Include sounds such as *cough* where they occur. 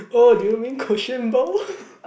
oh do you mean cushion bowl *laughs*